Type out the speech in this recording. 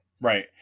Right